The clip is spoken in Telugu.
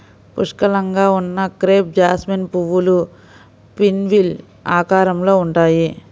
పుష్కలంగా ఉన్న క్రేప్ జాస్మిన్ పువ్వులు పిన్వీల్ ఆకారంలో ఉంటాయి